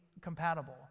compatible